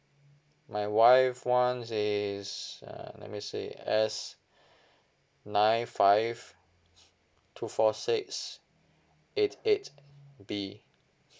my wife [one] is uh let me see is nine five two four six eight eight B